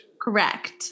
Correct